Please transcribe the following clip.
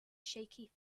shaky